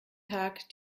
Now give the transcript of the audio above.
tag